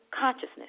consciousness